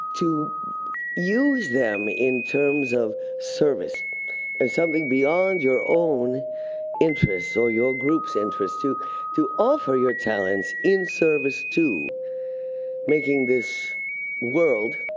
to use them in terms of service. if and something beyond your own interests or your group's interests, to to offer your talents in service to making this world,